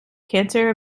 cancer